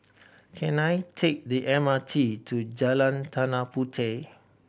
can I take the M R T to Jalan Tanah Puteh